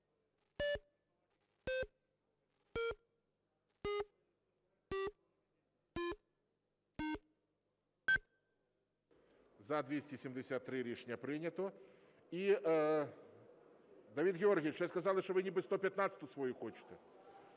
За-273 Рішення прийнято. І, Давид Георгійович, ще сказали, що ви ніби 115-у свою хочете?